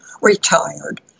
retired